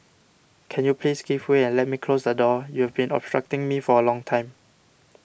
can you please give way and let me close the door you've been obstructing me for a long time